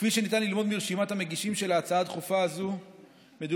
כפי שניתן ללמוד מרשימת המגישים של ההצעה הדחופה הזאת מדובר